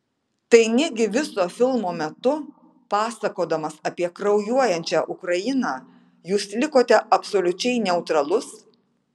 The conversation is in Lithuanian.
tai negi viso filmo metu pasakodamas apie kraujuojančią ukrainą jūs likote absoliučiai neutralus